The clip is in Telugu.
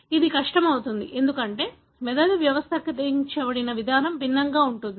ఇది కష్టం అవుతుంది ఎందుకంటే మెదడు వ్యవస్థీకరించబడిన విధానం భిన్నంగా ఉంటుంది